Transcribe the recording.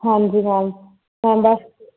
ਹਾਂਜੀ ma'am ma'am ਬਸ